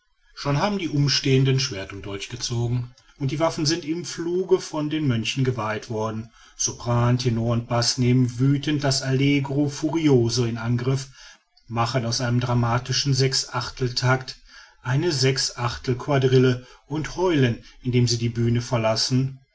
schon haben die umstehenden schwert und dolch gezogen und die waffen sind im fluge von den mönchen geweiht worden sopran tenor und baß nehmen wüthend das allegro furioso in angriff machen aus einem dramatischen sechs achtel tact eine sechs achtel quadrille und heulen indem sie die bühne verlassen